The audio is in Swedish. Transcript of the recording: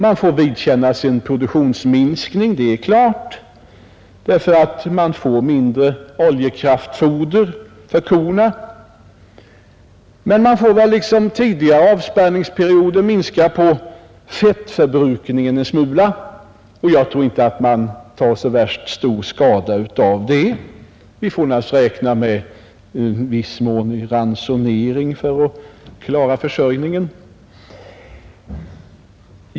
Vi får vidkännas en produktionsminskning — det är klart — därför att jordbrukarna får mindre oljekraftfoder till korna, men vi får väl liksom under tidigare avspärrningsperioder minska på fettförbrukningen en smula. Jag tror inte att man tar så värst stor skada av det. Vi får naturligtvis i så fall räkna med ransonering i viss mån för att klara försörjningen.